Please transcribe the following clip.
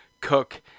cook